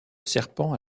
serpent